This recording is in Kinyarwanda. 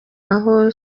aho